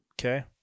Okay